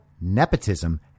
nepotism